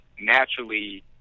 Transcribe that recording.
naturally